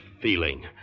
feeling